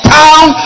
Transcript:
town